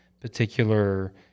particular